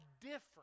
different